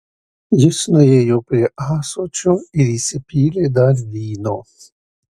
jis nuėjo prie ąsočio ir įsipylė dar vyno